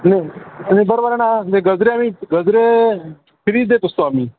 नाही नाही बरोबर आहे ना म्हणजे गजरे आम्ही गजरे फ्री देत असतो आम्ही